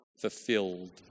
fulfilled